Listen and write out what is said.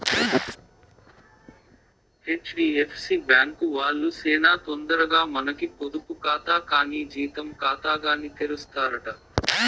HDFC bank వాల్లు సేనా తొందరగా మనకి పొదుపు కాతా కానీ జీతం కాతాగాని తెరుస్తారట